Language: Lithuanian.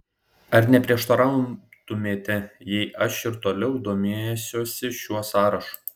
ar neprieštarautumėte jei aš ir toliau domėsiuosi šiuo sąrašu